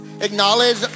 acknowledge